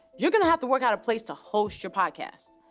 you're gonna have to work out a place to host your podcast.